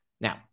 Now